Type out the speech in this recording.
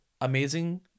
amazing